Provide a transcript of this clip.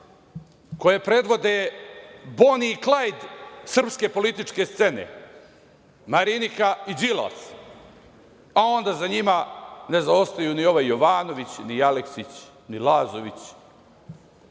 koje predvode Boni i Klajd srpske političke scene Marinika i Đilas, a onda za njima ne zaostaju ni ovaj Jovanović, ni Aleksić, ni Lazović,